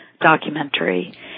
documentary